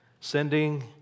sending